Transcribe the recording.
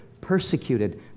persecuted